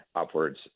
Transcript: upwards